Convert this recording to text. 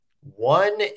One